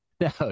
No